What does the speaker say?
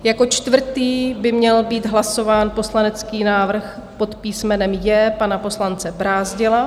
Jako čtvrtý by měl být hlasován poslanecký návrh pod písmenem J pana poslance Brázdila.